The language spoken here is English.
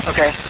Okay